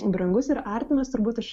brangus ir artimas turbūt aš